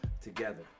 together